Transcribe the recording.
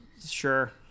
Sure